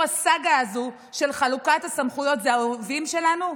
הסאגה הזו של חלוקת הסמכויות זה האויבים שלנו,